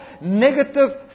negative